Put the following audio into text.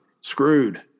screwed